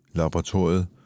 laboratoriet